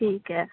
ठीक ऐ